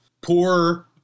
poor